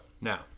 Now